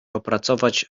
opracować